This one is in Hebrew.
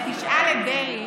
תשאל את דרעי